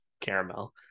caramel